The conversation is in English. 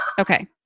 Okay